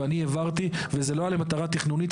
וזה לא למטרה תכנונית,